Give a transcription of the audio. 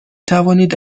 توانید